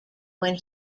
when